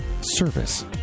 service